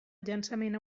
llançament